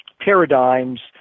paradigms